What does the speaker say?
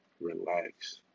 relax